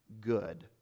good